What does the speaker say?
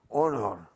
honor